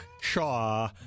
Shaw